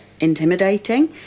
intimidating